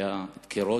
היו דקירות